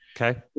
Okay